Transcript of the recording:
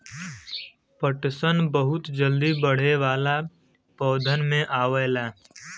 पटसन बहुत जल्दी बढ़े वाला पौधन में आवला